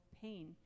pain